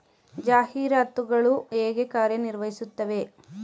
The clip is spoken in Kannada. ಜಾಹೀರಾತುಗಳು ಹೇಗೆ ಕಾರ್ಯ ನಿರ್ವಹಿಸುತ್ತವೆ?